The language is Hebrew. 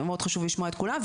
מאוד חשוב לשמוע את כולם,